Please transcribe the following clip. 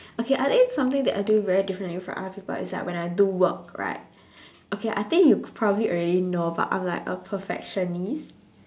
okay I think something that I do very differently from other people is that when I do work right okay I think you probably already know but I'm like a perfectionist